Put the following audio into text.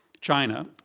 China